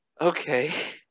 Okay